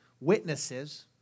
witnesses